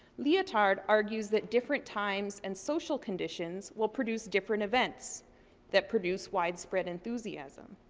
leotard argues that different times and social conditions will produce different events that produce widespread enthusiasm.